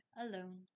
alone